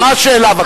מה השאלה בבקשה?